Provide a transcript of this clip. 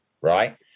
right